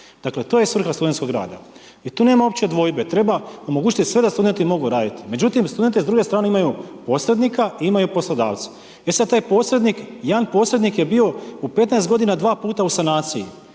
Dakle to je svrha studentskog rada. I tu nema uopće dvojbe, treba omogućiti sve da studenti mogu raditi. Međutim, studenti s druge strane imaju posrednika i imaju poslodavca. E sada taj posrednik, jedan posrednik je bio u 15 godina dva puta u sanaciji.